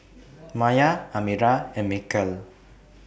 Maya Amirah and Mikhail